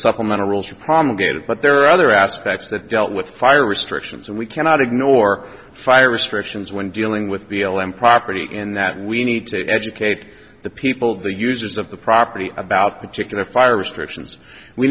supplemental rules are promulgated but there are other aspects that dealt with fire restrictions and we cannot ignore fire restrictions when dealing with b l m property and that we need to educate the people of the users of the property about particular fire restrictions we